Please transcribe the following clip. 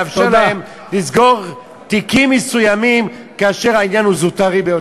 לאפשר להם לסגור תיקים מסוימים כאשר העניין הוא זוטר ביותר.